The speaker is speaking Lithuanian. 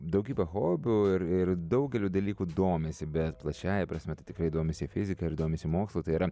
daugybę hobių ir ir daugeliu dalykų domisi bet plačiąja prasme tai tikrai domisi fizika ir domisi mokslu tai yra